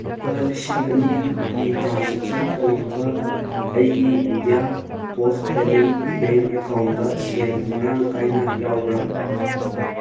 ꯂꯨꯄꯥ ꯂꯤꯁꯤꯡ ꯑꯅꯤꯒꯤ ꯇ꯭ꯔꯥꯟꯖꯦꯛꯁꯟ ꯇꯧꯅꯕ ꯑꯩꯒꯤ India post payment bank account ꯁꯦꯜ ꯃꯔꯥꯡ ꯀꯥꯏꯅ ꯌꯥꯎꯕ꯭ꯔꯥ